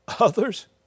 others